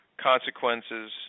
consequences